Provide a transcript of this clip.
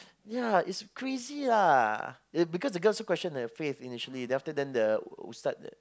ya it's crazy lah the because the girl also questioned her faith initially then after then the ustaz that